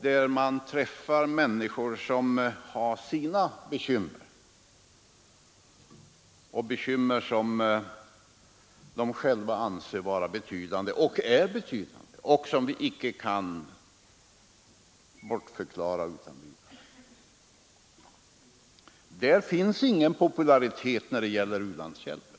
De människorna har sina bekymmer, som de själva anser vara betydande — och som är betydande — och som vi icke kan bortförklara utan vidare. U-landshjälpen åtnjuter som sagt ingen popularitet.